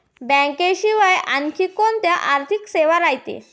बँकेशिवाय आनखी कोंत्या आर्थिक सेवा रायते?